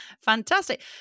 Fantastic